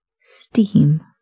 Steam